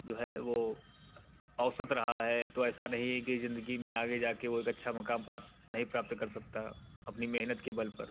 जो है वह औसत रहा है तो ऐसा नहीं है कि ज़िंदगी में आगे जा कर वह एक अच्छा मुक़ाम पा नहीं प्राप्त कर सकता अपनी मेहनत के बल पर